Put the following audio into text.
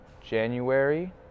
January